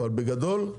אבל בגדול,